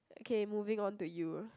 okay moving on to you